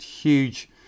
huge